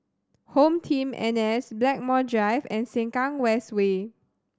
HomeTeam N S Blackmore Drive and Sengkang West Way